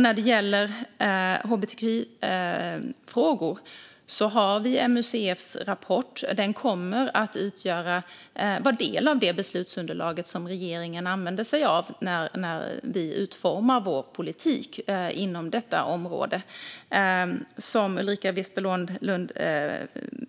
När det gäller hbtqi-frågor kommer MUCF:s rapport att vara en del av det beslutsunderlag som regeringen använder sig av när vi utformar vår politik inom detta område. Som Ulrika Westerlund